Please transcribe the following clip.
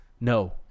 No